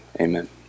Amen